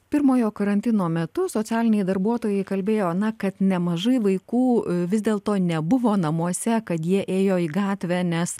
pirmojo karantino metu socialiniai darbuotojai kalbėjo na kad nemažai vaikų vis dėlto nebuvo namuose kad jie ėjo į gatvę nes